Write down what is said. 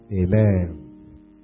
Amen